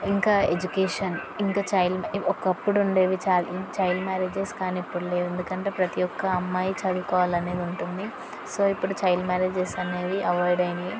ఇంకా ఎడ్యుకేషన్ ఇంకా చైల్డ్ ఒకప్పుడు ఉండేవి చైల్డ్ మ్యారేజెస్ కానీ ఇప్పుడు లేవు ఎందుకంటే ప్రతీ ఒక్క అమ్మాయి చదువుకోవాలి అనేది ఉంటుంది సో ఇప్పుడు చైల్డ్ మ్యారేజెస్ అనేవి అవాయిడ్ అయినాయి